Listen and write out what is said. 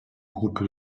groupe